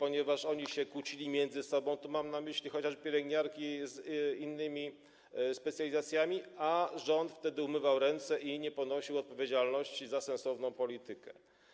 Oni się kłócili miedzy sobą, mam tu na myśli chociażby pielęgniarki z innymi specjalizacjami, a wtedy rząd umywał ręce i nie ponosił odpowiedzialności za sensowną politykę.